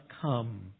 come